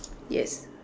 yes